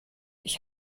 ich